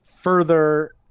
further